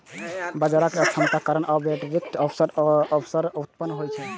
बाजारक अक्षमताक कारण आर्बिट्रेजक अवसर उत्पन्न होइ छै